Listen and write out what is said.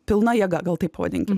pilna jėga gal taip pavadinkim